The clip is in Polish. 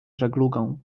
żeglugą